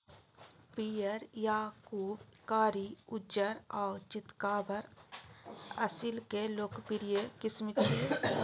पीयर, याकूब, कारी, उज्जर आ चितकाबर असील के लोकप्रिय किस्म छियै